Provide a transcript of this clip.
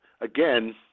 again